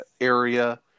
area